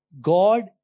God